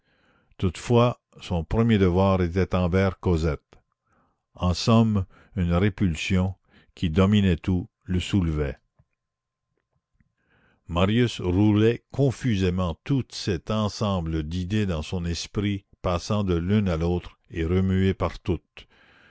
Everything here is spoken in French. toutefois son premier devoir était envers cosette en somme une répulsion qui dominait tout le soulevait marius roulait confusément tout cet ensemble d'idées dans son esprit passant de l'une à l'autre et remué par toutes